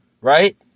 Right